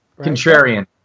Contrarian